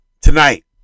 Tonight